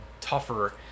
tougher